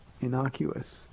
innocuous